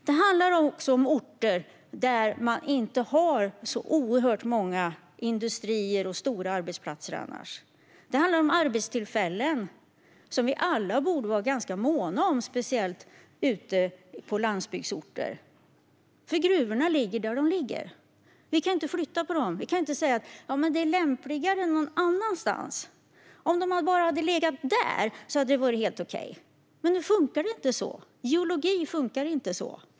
Det handlar också om orter där man annars inte har så oerhört många industrier och stora arbetsplatser. Det handlar om arbetstillfällen, som vi alla borde vara ganska måna om, speciellt ute i landsbygdsorter. Och gruvorna ligger där de ligger. Vi kan inte flytta dem. Vi kan inte säga: Men det är lämpligare någon annanstans; om de bara hade legat där hade det varit helt okej. Geologi funkar inte så.